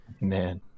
man